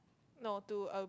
no to a